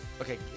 Okay